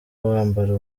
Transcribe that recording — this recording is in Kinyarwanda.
wambara